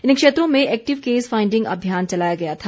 इन क्षेत्रों में active case finding अभियान चलाया गया था